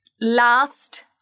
Last